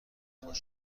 ملاقات